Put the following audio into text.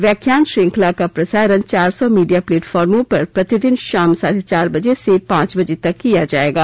व्याख्यान श्रृंखला का प्रसारण चार सौ मीडिया प्लेटफार्मों पर प्रतिदिन शाम साढे चार बजे से पांच बजे तक किया जाएगा